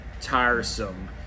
tiresome